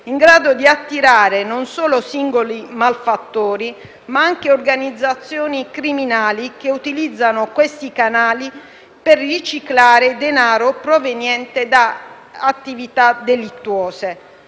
in grado di attirare non solo singoli malfattori ma anche organizzazioni criminali che utilizzano questi canali per riciclare denaro proveniente da attività delittuose.